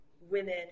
women